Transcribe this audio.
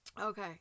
Okay